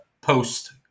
post